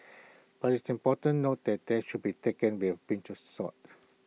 but it's important note that there should be taken with A pinch of salt